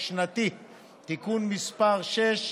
(תיקון מס' 6),